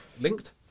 Linked